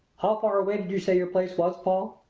how far away did you say your place was, paul?